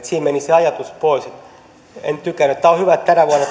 siinä meni se ajatus pois en tykännyt on hyvä että tänä vuonna